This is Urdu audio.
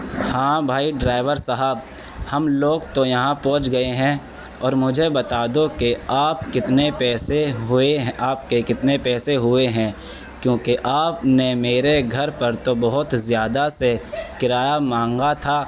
ہاں بھائی ڈرائیور صاحب ہم لوگ تو یہاں پہنچ گئے ہیں اور مجھے بتا دو کہ آپ کتنے پیسے ہوئے ہیں آپ کے کتنے پیسے ہوئے ہیں کیوںکہ آپ نے میرے گھر پر تو بہت زیادہ سے کرایہ مانگا تھا